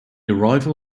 arrival